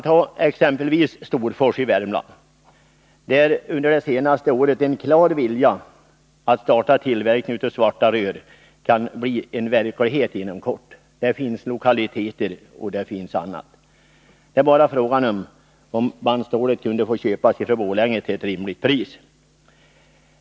Ta exempelvis Storfors i Värmland, där under det senaste året en klar vilja att starta tillverkning av ”svarta rör” kan bli en verklighet inom kort — där finns lokaler och annat — bara bandstålet kunde få köpas från Borlänge till ett rimligt pris.